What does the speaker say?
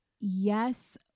Yes